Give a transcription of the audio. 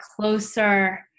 closer